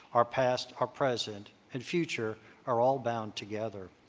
our past our present and future are all bound together.